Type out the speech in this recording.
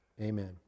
Amen